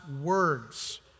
words